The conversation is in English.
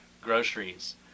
groceries